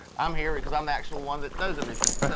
i'm here because i'm actual one that knows everything.